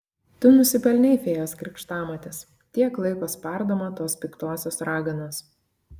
tu nusipelnei fėjos krikštamotės tiek laiko spardoma tos piktosios raganos